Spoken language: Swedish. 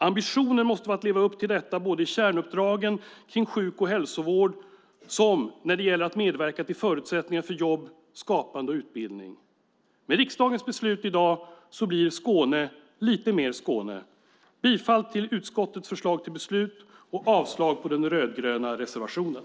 Ambitionen måste vara att leva upp till detta både i kärnuppdragen om sjuk och hälsovård som när det gäller att medverka till förutsättningar för jobb, skapande och utbildning. Med riksdagens beslut blir Skåne lite mer Skåne! Jag yrkar bifall till utskottets förslag till beslut och avslag på den rödgröna reservationen.